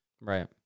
right